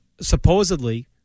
supposedly –